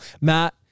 matt